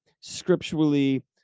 scripturally